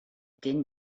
din